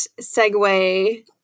segue